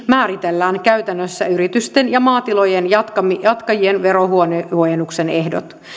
määritellään käytännössä yritysten ja maatilojen jatkajien verohuojennuksen ehdot